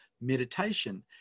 Meditation